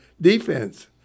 defense